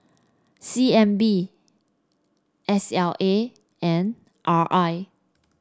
C N B S L A and R I